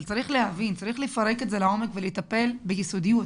אבל צריך להבין שצריך לפרק את זה ולטפל בזה ביסודיות.